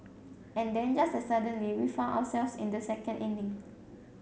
and then just as suddenly we found ourselves in the second inning